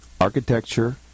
Architecture